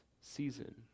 season